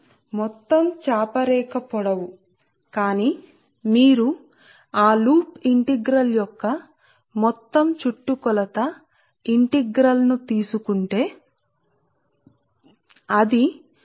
కాబట్టి H x అలాగే ఉంటుంది మరియు d l ఇది వృత్తాకారం గా ఉంటుంది ఇది మొత్తం చాప రేఖ పొడవు కానీ మీరు ఆ లూప్ ఇంటిగ్రల్ యొక్క మొత్తం చుట్టుకొలత ఇంటిగ్రల్ ను తీసుకుంటే అది అవుతుంది